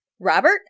Robert